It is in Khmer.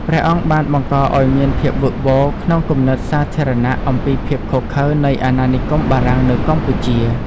ព្រះអង្គបានបង្កឲ្យមានការវឹកវរក្នុងគំនិតសាធារណៈ អំពីភាពឃោរឃៅនៃអាណានិគមបារាំងនៅកម្ពុជា។